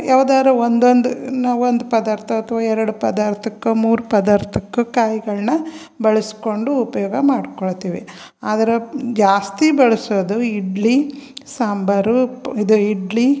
ಯಾವ್ದಾದ್ರು ಒಂದೊಂದು ನಾವು ಒಂದು ಪದಾರ್ಥ ಅಥ್ವಾ ಎರಡು ಪದಾರ್ಥಕ್ಕೆ ಮೂರು ಪದಾರ್ಥಕ್ಕೆ ಕಾಯಿಗಳನ್ನ ಬಳಸ್ಕೊಂಡು ಉಪಯೋಗ ಮಾಡಿಕೊಳ್ತೀವಿ ಆದ್ರೆ ಜಾಸ್ತಿ ಬಳಸೋದು ಇಡ್ಲಿ ಸಾಂಬಾರು ಪ್ ಇದು ಇಡ್ಲಿ